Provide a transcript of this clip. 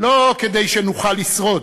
לא כדי שנוכל לשרוד,